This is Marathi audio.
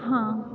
हां